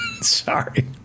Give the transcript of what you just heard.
sorry